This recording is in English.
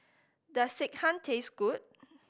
does Sekihan taste good